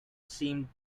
seem